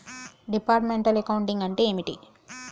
Departmental accounting అంటే ఏమిటి?